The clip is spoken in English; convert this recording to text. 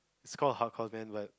is call hardcore band but